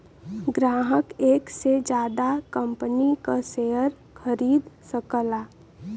ग्राहक एक से जादा कंपनी क शेयर खरीद सकला